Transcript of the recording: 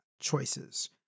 choices